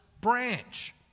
branch